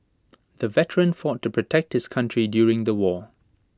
the veteran fought to protect his country during the war